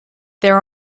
there